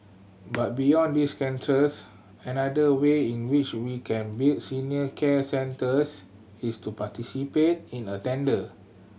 but beyond these another way in which we can build senior care centres is to participate in a tender